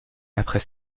après